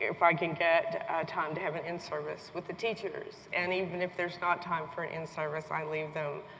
if i can get time to have an in-service with the teachers and even if there's not time for an in-service i leave them